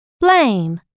blame